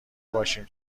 باشیم